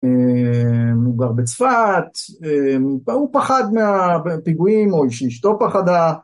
הוא גר בצפת, הוא פחד מהפיגועים, או שאשתו פחדה.